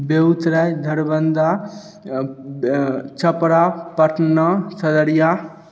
Begusarai Darbhanga Chhapra Patna Khagaria